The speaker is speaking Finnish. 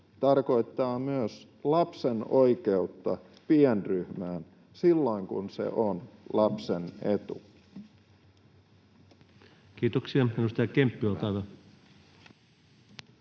tarkoittaa myös lapsen oikeutta pienryhmään silloin, kun se on lapsen etu. Kiitoksia.